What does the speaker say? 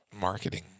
marketing